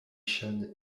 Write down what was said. chan